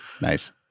Nice